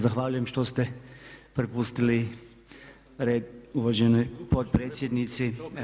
Zahvaljujem što ste prepustili red uvaženoj potpredsjednici.